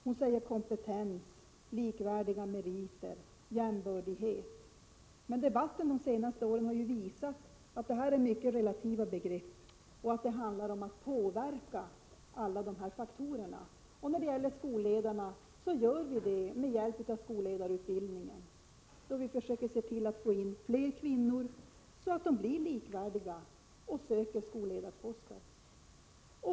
Hon nämner kompetens, likvärdiga meriter, jämbördighet. Debatten de senaste åren har ju dock visat att detta är mycket relativa begrepp och att alla faktorer måste påverka. Statsmakterna påverkar skolledarna genom att försöka få in fler kvinnor på denna utbildning så att de skall bli jämställda och söka skolledarposter.